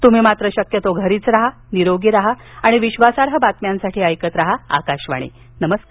तृम्ही मात्र शक्यतो घरीच राहा निरोगी राहा आणि विश्वासार्ह बातम्यांसाठी ऐकत राहा आकाशवाणी नमस्कार